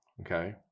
okay